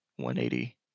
180